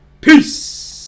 peace